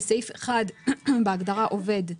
בסעיף 1 בהגדרה "עובד"